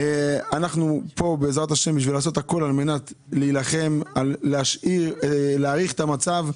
אנחנו פה בעזרת השם בשביל לעשות הכול על מנת להילחם על להאריך את המצב,